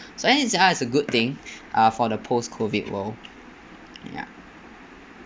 so then it's as a good thing uh for the post-COVID world ya